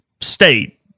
state